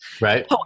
Right